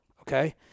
okay